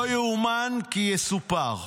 לא ייאמן כי יסופר.